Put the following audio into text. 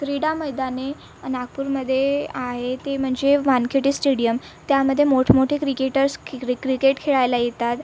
क्रीडा मैदाने नागपूरमध्ये आहे ते म्हणजे वानखेडे स्टेडियम त्यामध्ये मोठमोठे क्रिकेटर्स किर क्रिकेट खेळायला येतात